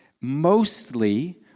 Mostly